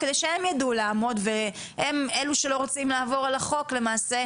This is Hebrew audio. כדי שהם ידעו לעמוד והם אלו שלא רוצים לעבור על החוק למעשה,